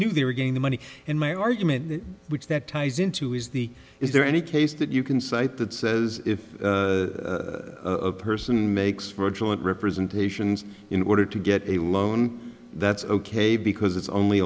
knew they were getting the money and my argument which that ties into is the is there any case that you can cite that says if her makes for a joint representations in order to get a loan that's ok because it's only